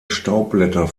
staubblätter